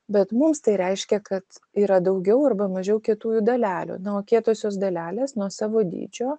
bet mums tai reiškia kad yra daugiau arba mažiau kietųjų dalelių na o kietosios dalelės nuo savo dydžio